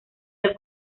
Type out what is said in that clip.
del